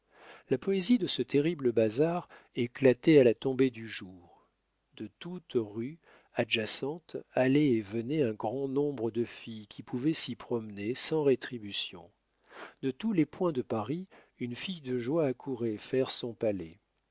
la poésie de ce terrible bazar éclatait à la tombée du jour de toutes rues adjacentes allaient et venaient un grand nombre de filles qui pouvaient s'y promener sans rétribution de tous les points de paris une fille de joie accourait faire son palais